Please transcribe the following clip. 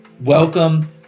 welcome